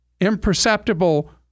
Imperceptible